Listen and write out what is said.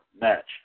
match